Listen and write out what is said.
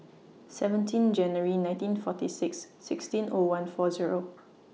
seventeen January nineteen forty six sixteen O one four Zero